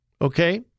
Okay